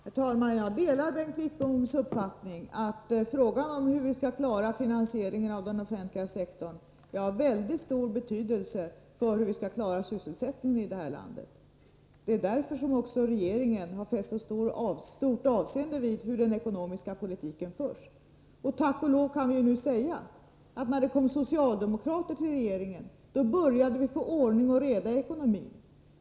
Herr talman! Jag delar Bengt Wittboms uppfattning att finansieringen av den offentliga sektorn är av väldigt stor betydelse för hur vi skall klara sysselsättningen i det här landet. Det är därför som regeringen också har fäst så stort avseende vid hur den ekonomiska politiken förs. Och tack och lov kan vi ju säga, att när det kom socialdemokrater till regeringen började vi få ordning och reda i ekonomin.